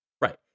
Right